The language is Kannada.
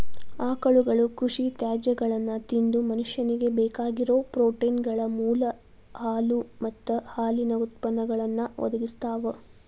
ಆಕಳುಗಳು ಕೃಷಿ ತ್ಯಾಜ್ಯಗಳನ್ನ ತಿಂದು ಮನುಷ್ಯನಿಗೆ ಬೇಕಾಗಿರೋ ಪ್ರೋಟೇನ್ಗಳ ಮೂಲ ಹಾಲು ಮತ್ತ ಹಾಲಿನ ಉತ್ಪನ್ನಗಳನ್ನು ಒದಗಿಸ್ತಾವ